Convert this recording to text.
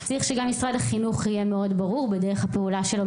צריך שגם משרד החינוך יהיה מאוד ברור בדרך הפעולה שלו.